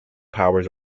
powers